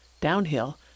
Downhill